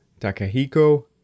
Takahiko